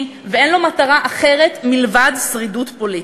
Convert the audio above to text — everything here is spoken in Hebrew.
ואין לו מטרה אחרת מלבד שרידות פוליטית.